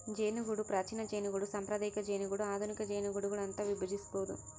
ಜೇನುಗೂಡು ಪ್ರಾಚೀನ ಜೇನುಗೂಡು ಸಾಂಪ್ರದಾಯಿಕ ಜೇನುಗೂಡು ಆಧುನಿಕ ಜೇನುಗೂಡುಗಳು ಅಂತ ವಿಭಜಿಸ್ಬೋದು